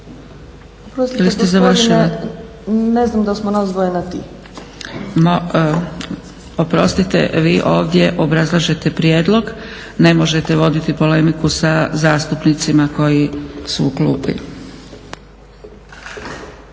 završili? … /Upadica: Ne znam da smo nas dvoje na ti./ … Oprostite, vi ovdje obrazlažete prijedlog, ne možete voditi polemiku sa zastupnicima koji su u klupi.